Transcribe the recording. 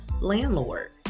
landlord